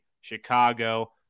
Chicago